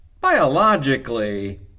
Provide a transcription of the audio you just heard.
biologically